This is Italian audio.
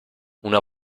una